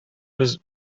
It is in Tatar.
без